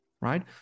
right